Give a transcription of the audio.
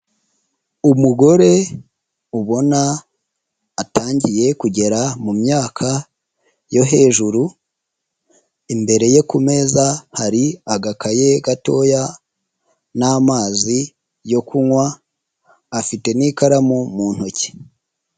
Umugore ubona atangiye kugera mu myaka yo hejuru, imbere ye ku meza hari agakaye gatoya n'amazi yo kunywa afite n'ikaramu mu intoki.